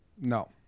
No